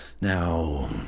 Now